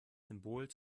symbol